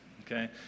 Okay